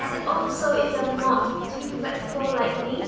and also, if you're not too flexible like me